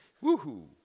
Woo-hoo